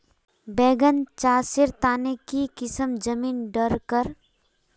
बैगन चासेर तने की किसम जमीन डरकर?